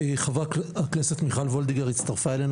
חברת הכנסת מיכל וולדיגר הצטרפה אלינו,